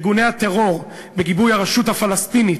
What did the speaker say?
ארגוני הטרור, בגיבוי הרשות הפלסטינית,